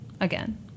again